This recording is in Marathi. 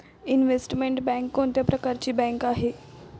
इनव्हेस्टमेंट बँक कोणत्या प्रकारची बँक आहे?